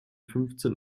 fünfzehn